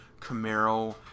Camaro